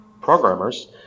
programmers